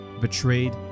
betrayed